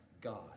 God